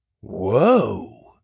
Whoa